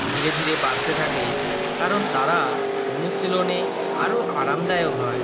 ধীরে ধীরে বাড়তে থাকে কারণ তারা অনুশীলনে আরও আরামদায়ক হয়